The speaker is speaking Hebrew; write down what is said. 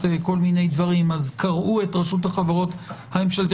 כל מיני דברים קרעו את רשות החברות הממשלתיות,